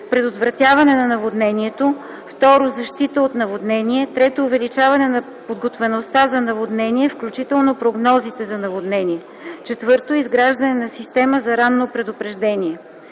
предотвратяването на наводнението; 2. защитата от наводнение; 3. увеличаване на подготвеността за наводнение, включително прогнозите за наводнение; 4. изграждането на система за ранно предупреждение.